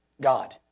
God